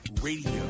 Radio